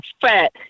fat